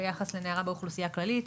ביחס לנערה באוכלוסייה הכללית,